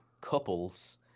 couples